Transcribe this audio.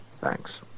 Thanks